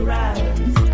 rise